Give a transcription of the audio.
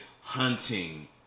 hunting